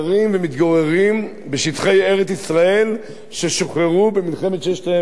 ומתגוררים בשטחי ארץ-ישראל ששוחררו במלחמת ששת הימים.